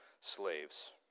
slaves